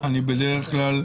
אני בדרך כלל,